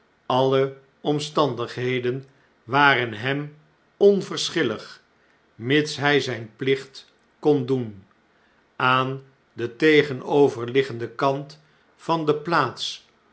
alle omstandigheden waren hem onverschillig mits hy zjjn plicht kon doen aan den tegenoverliggenden kant van de plaats